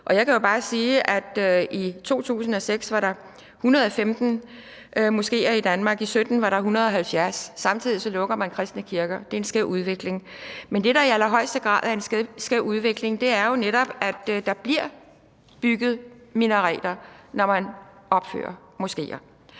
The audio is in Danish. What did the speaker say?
Jeg kan jo bare sige, at i 2006 var der 115 moskeer i Danmark. I 2017 var der 170. Samtidig lukker man kristne kirker. Det er en skæv udvikling. Men det, der i allerhøjeste grad er en skæv udvikling, er jo netop, at der bliver bygget minareter, når man opfører moskeer.